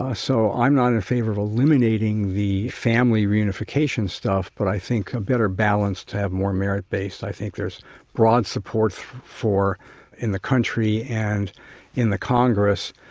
ah so i'm not in favor of eliminating the family reunification stuff, but i think a better balance, to have more merit based. i think there's broad support in the country and in the congress,